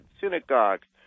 synagogues